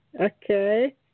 Okay